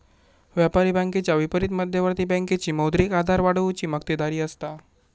व्यापारी बँकेच्या विपरीत मध्यवर्ती बँकेची मौद्रिक आधार वाढवुची मक्तेदारी असता